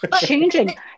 changing